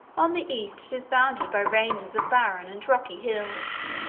on the east it is bounded by ranges of barren and rocky hills,